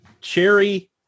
cherry